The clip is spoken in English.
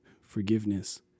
forgiveness